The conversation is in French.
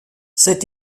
cet